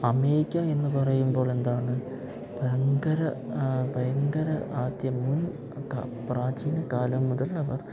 America എന്നു പറയുമ്പോഴെന്താണ് ഭയങ്കര ഭയങ്കര ആദ്യം മുൻ പ്രാചീന കാലം മുതൽ അവർ